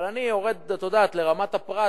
אבל אני יורד לרמת הפרט,